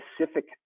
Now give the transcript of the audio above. specific